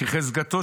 "כחזקתו,